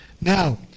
Now